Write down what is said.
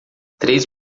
três